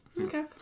Okay